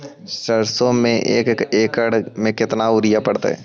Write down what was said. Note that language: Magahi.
सरसों में एक एकड़ मे केतना युरिया पड़तै?